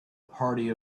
party